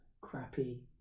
crappy